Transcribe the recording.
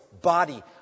body